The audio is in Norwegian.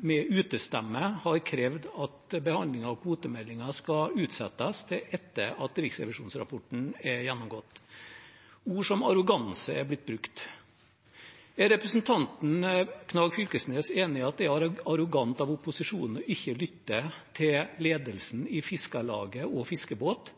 med utestemme – har krevd at behandlingen av kvotemeldingen skal utsettes til etter at riksrevisjonsrapporten er gjennomgått. Ord som «arroganse» er blitt brukt. Er representanten Knag Fylkesnes enig i at det er arrogant av opposisjonen å ikke lytte til ledelsen i Fiskarlaget og Fiskebåt,